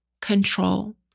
control